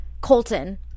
Colton